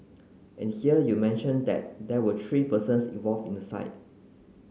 and here you mention that there were three persons involved in the site